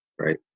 Right